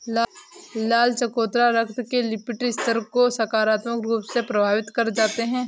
लाल चकोतरा रक्त के लिपिड स्तर को सकारात्मक रूप से प्रभावित कर जाते हैं